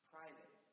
Private